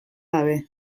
gabe